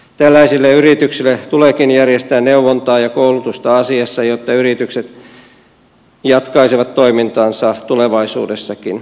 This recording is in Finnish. tällaisille yrityksille tuleekin järjestää neuvontaa ja koulutusta asiassa jotta yritykset jatkaisivat toimintaansa tulevaisuudessakin